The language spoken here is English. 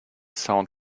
sound